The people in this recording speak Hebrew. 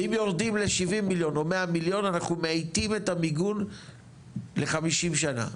ואם יורדים ל-70 מיליון או 100 מיליון אנחנו מאטים את המיגון ל-50 שנים.